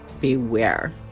beware